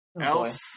Elf